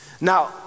Now